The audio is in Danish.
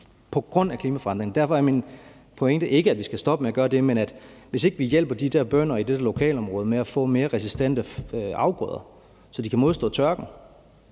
på grund af klimaforandringerne. Derfor er min pointe ikke, at vi skal stoppe med at gøre det, men at, hvis ikke vi hjælper de der bønder i det der lokalområde med at få mere resistente afgrøder, så de kan modstå tørken,